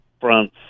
France